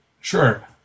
Sure